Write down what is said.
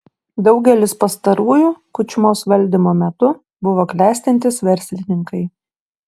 daugelis pastarųjų kučmos valdymo metu buvo klestintys verslininkai